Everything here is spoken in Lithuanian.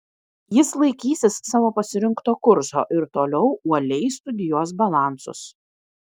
jis laikysis savo pasirinkto kurso ir toliau uoliai studijuos balansus